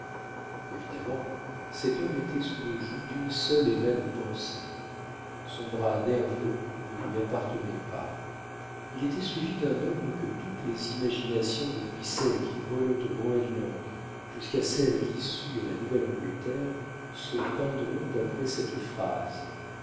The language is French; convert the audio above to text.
évidemment cet homme était sous le joug d'une seule et même pensée son bras nerveux ne lui appartenait pas il était suivi d'un homme que toutes les imaginations depuis celles qui grelottent au groënland jusqu'à celles qui suent à la nouvelle-angleterre se peindront d'après cette phrase